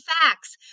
facts